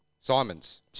Simons